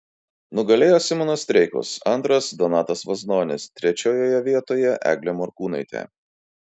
nugalėjo simonas streikus antras donatas vaznonis trečiojoje vietoje eglė morkūnaitė